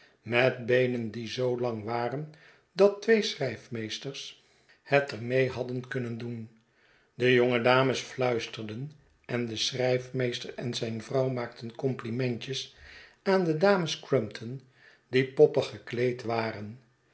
met beenen die zoo lang waren dat twee schrijfmeesters het er mee hadden kunnen doen de jonge dames fluisterden en de schrijfmeester en zijn vrouw maakten compliment es aan de dames crumpton die poppig gekleed waren